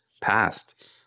past